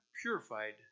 purified